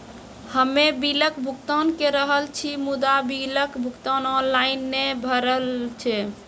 हम्मे बिलक भुगतान के रहल छी मुदा, बिलक भुगतान ऑनलाइन नै भऽ रहल छै?